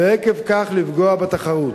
ועקב כך לפגוע בתחרות.